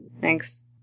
Thanks